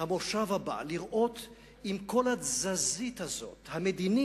המושב הבא, לראות אם כל התזזית המדינית